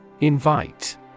Invite